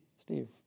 Steve